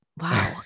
Wow